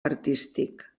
artístic